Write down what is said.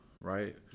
right